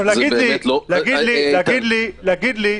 לומר לי: